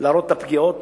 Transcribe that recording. להראות את הפגיעות,